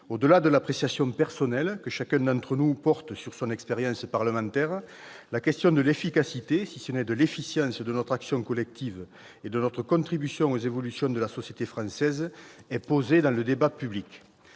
Au-delà de l'appréciation personnelle que chacun d'entre nous porte sur son expérience parlementaire, la question de l'efficacité, si ce n'est de l'efficience, de notre action collective et de notre contribution aux évolutions de la société française est posée dans le débat public.